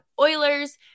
Oilers